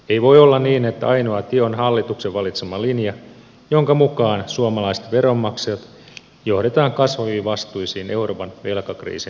ei voi olla niin että ainoa tie on hallituksen valitsema linja jonka mukaan suomalaiset veronmaksajat johdetaan kasvaviin vastuisiin euroopan velkakriisin hoitamiseksi